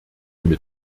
mit